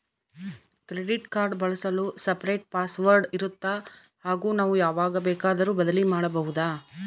Credit card ಬಳಸಲು separate password ಇರುತ್ತಾ ಹಾಗೂ ನಾವು ಯಾವಾಗ ಬೇಕಾದರೂ ಬದಲಿ ಮಾಡಬಹುದಾ?